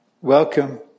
welcome